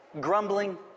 grumbling